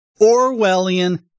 Orwellian